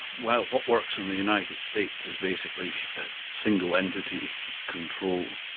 well, what works in the united states is basically single entity control.